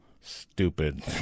stupid